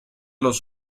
los